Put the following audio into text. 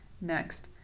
next